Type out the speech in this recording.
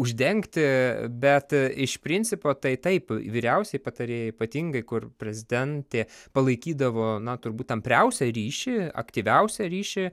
uždengti bet iš principo tai taip vyriausieji patarėjai ypatingai kur prezidentė palaikydavo na turbūt tampriausią ryšį aktyviausią ryšį